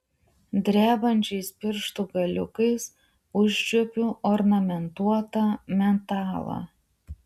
drebančiais pirštų galiukais užčiuopiu ornamentuotą metalą